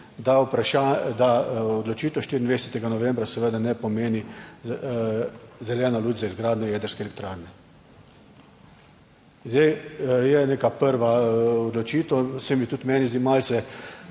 da odločitev 24. novembra seveda ne pomeni zeleno luč za izgradnjo jedrske elektrarne. In zdaj je neka prva odločitev, se mi tudi meni zdi malce,